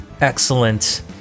excellent